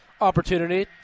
opportunity